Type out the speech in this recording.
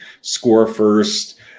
score-first